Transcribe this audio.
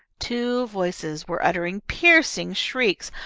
two voices were uttering piercing shrieks,